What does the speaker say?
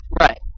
Right